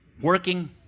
working